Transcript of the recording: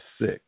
sick